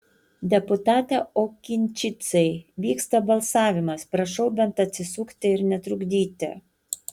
deputate okinčicai vyksta balsavimas prašau bent atsisukti ir netrukdyti